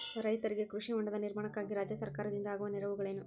ರೈತರಿಗೆ ಕೃಷಿ ಹೊಂಡದ ನಿರ್ಮಾಣಕ್ಕಾಗಿ ರಾಜ್ಯ ಸರ್ಕಾರದಿಂದ ಆಗುವ ನೆರವುಗಳೇನು?